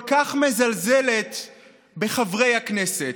כל כך מזלזלת בחברי הכנסת,